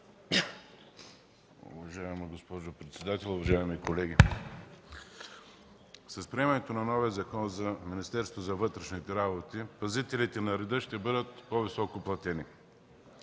Уважаема госпожо председател, уважаеми колеги! С приемането на новия Закон за Министерството на вътрешните работи пазителите на реда ще бъдат по-високо платени.